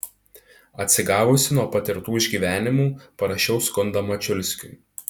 atsigavusi nuo patirtų išgyvenimų parašiau skundą mačiulskiui